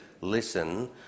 listen